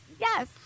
Yes